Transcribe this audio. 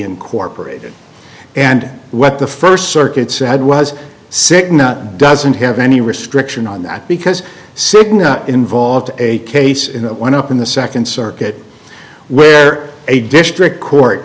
incorporated and what the first circuit said was sick not doesn't have any restriction on that because cigna involved a case in the one up in the second circuit where a district court